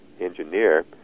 engineer